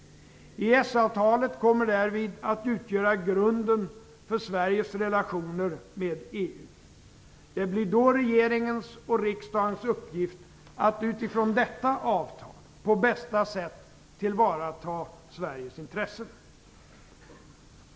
EES-avtalet kommer därvid att utgöra grunden för Sveriges relationer med EU. Det blir då regeringens och riksdagens uppgift att utifrån detta avtal på bästa sätt tillvarata Sveriges intressen.